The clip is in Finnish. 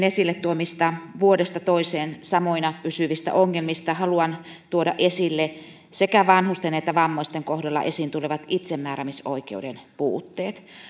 esille tuomista vuodesta toiseen samoina pysyvistä ongelmista haluan tuoda esille sekä vanhusten että vammaisten kohdalla esiin tulevat itsemääräämisoikeuden puutteet